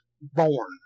born